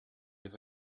have